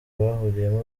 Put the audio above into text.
bahuriyemo